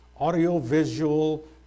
audiovisual